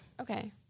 Okay